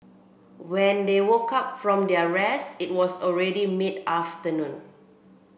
when they woke up from their rest it was already mid afternoon